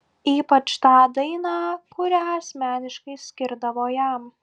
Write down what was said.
ypač tą dainą kurią asmeniškai skirdavo jam